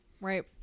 right